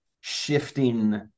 shifting